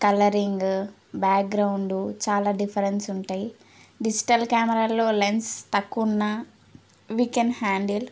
colouring background చాలా difference ఉంటాయి digital కెమెరాల్లో లెన్స్ తక్కువ ఉన్నా వుయ్ కెన్ హ్యాండిల్